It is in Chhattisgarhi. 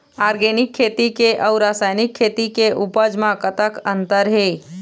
ऑर्गेनिक खेती के अउ रासायनिक खेती के उपज म कतक अंतर हे?